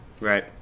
Right